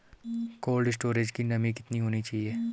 Cold storage की नमी कितनी होनी चाहिए?